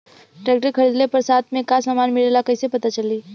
Tractor खरीदले पर साथ में का समान मिलेला कईसे पता चली?